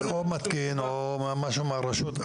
או מתקין או משהו מהרשות.